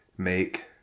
make